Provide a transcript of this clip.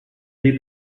dei